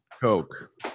Coke